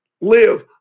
live